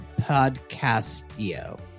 Podcastio